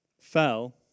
fell